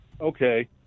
Okay